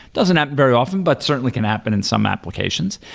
doesn't happen very often, but certainly can happen in some applications.